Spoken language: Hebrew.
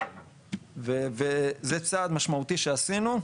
וזה צעד משמעותי שעשינו.